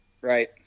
right